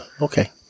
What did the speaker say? Okay